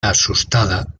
asustada